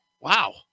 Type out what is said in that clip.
Wow